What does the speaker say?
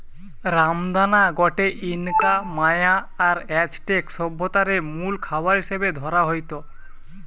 রামদানা গটে Inca, Maya আর অ্যাজটেক সভ্যতারে মুল খাবার হিসাবে ধরা হইত